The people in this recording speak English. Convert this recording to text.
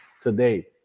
today